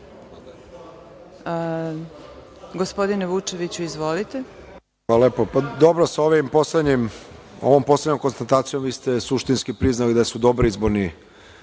Gospodine Vučeviću, izvolite. **Miloš Vučević** Hvala lepo. Dobro, sa ovom poslednjom konstatacijom vi ste suštinski priznali da su dobri izborni